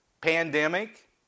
Pandemic